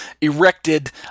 erected